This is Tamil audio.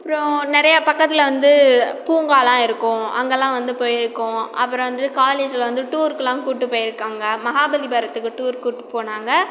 அப்றம் நிறையா பக்கத்தில் வந்து பூங்காலாம் இருக்கும் அங்கேலாம் வந்து போயிருக்கோம் அப்புறம் வந்துட்டு காலேஜில் வந்து டூர்க்கெலாம் கூட்டி போயிருக்காங்க மகாபலிபுரத்துக்கு டூர் கூட்டி போனாங்க